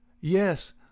Yes